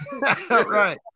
right